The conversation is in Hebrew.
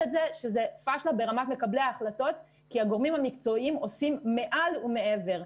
שזאת פשלה ברמת מקבלי ההחלטות כי הגורמים המקצועיים עושים מעל ומעבר.